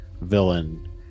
villain